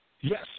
Yes